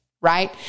right